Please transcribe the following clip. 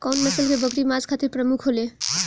कउन नस्ल के बकरी मांस खातिर प्रमुख होले?